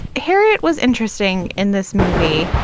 harriet was interesting in this movie.